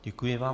Děkuji vám.